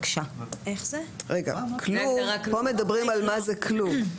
כאן מדברים על מה זה כלוב.